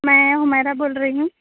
میں حمیرہ بول رہی ہوں